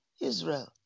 Israel